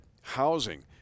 housing